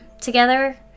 together